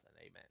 Amen